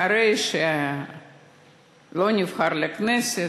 אחרי שלא נבחר לכנסת,